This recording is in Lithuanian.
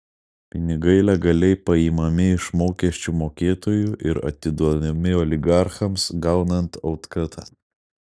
pinigai legaliai paimami iš mokesčių mokėtojų ir atiduodami oligarchams gaunant otkatą